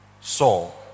Saul